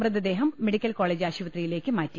മൃത ദേഹം medical college ആശുപത്രിയിലേക്ക് മാറ്റി